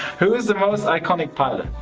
who is the most iconic pilot?